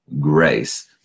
grace